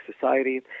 society